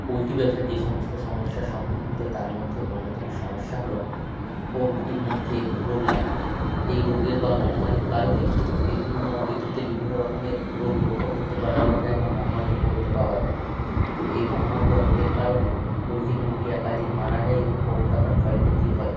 poultry ব্যবসায় যে সমস্ত সমস্যার সম্মুখীন হতে হয় তার মধ্যে অন্যতম সমস্যা হলো পোলট্রির মধ্যে রোগ লাগা এই রোগের বা মহমারীর কারণে বিভিন্ন ঋতুতে বিভিন্ন রকমের রোগ লক্ষ্য করতে পারা বা যায় বা মহামারী লক্ষ্য করতে পাওয়া যায় তো এই মহামারী বা রোগের কারণেই পোলট্রি মুরগি একাধিক মারা যায় এবং বহু টাকার ক্ষয়ক্ষতি হয়